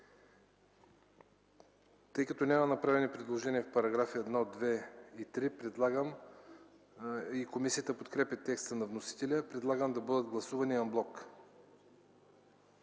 Тъй като няма направени предложения в параграфи 1, 2 и 3 и комисията подкрепя текста на вносителя, предлагам да бъдат гласувани ан блок.